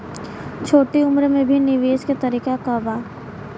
छोटी उम्र में भी निवेश के तरीका क बा?